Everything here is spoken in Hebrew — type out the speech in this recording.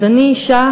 אז אני אישה,